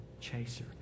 chaser